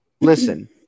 listen